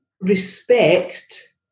respect